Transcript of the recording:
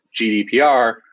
GDPR